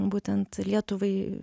būtent lietuvai